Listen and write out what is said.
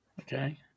Okay